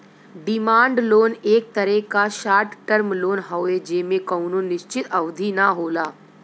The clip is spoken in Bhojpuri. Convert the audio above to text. डिमांड लोन एक तरे क शार्ट टर्म लोन हउवे जेमे कउनो निश्चित अवधि न होला